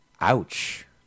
ouch